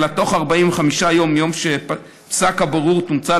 אלא תוך 45 יום מיום שפסק הבוררות הומצא